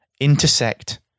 intersect